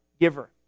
giver